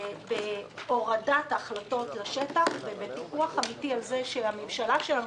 בהורדת ההחלטות לשטח ובפיקוח אמיתי על זה שהממשלה שלנו,